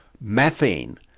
methane